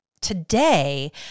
Today